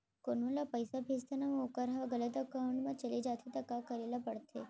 कोनो ला पइसा भेजथन अऊ वोकर ह गलत एकाउंट में चले जथे त का करे ला पड़थे?